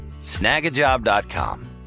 snagajob.com